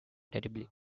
terribly